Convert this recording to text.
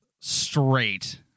straight